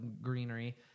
greenery